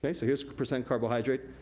so here's percent carbohydrate,